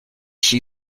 she